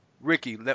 Ricky